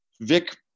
Vic